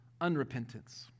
unrepentance